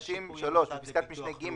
(1) בפסקת משנה (א),